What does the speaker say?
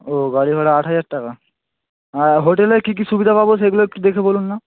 ও গাড়িভাড়া আট হাজার টাকা হ্যাঁ হোটেলে কী কী সুবিধা পাব সেইগুলো একটু দেখে বলুন না